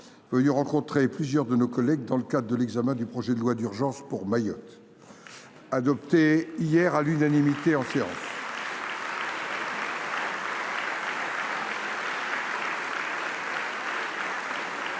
venue rencontrer plusieurs de nos collègues dans le cadre de l’examen du projet de loi d’urgence pour Mayotte, adopté à l’unanimité par